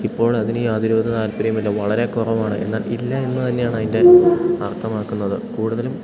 ഇപ്പോൾ അതിന് യാതൊരുവിധ താല്പര്യമില്ല വളരെ കുറവാണ് എന്നാൽ ഇല്ല എന്നു തന്നെയാണ് അതിൻ്റെ അർത്ഥമാക്കുന്നത് കൂടുതലും